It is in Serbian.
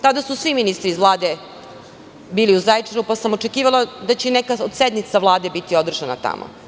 Tada su svi ministri iz Vlade bili u Zaječaru pa sam očekivala da će neka od sednica Vlade biti održana tamo.